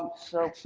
so